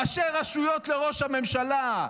ראשי רשויות לראש ממשלה,